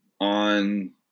on